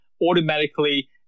automatically